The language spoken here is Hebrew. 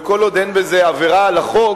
וכל עוד אין בזה עבירה על החוק,